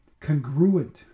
congruent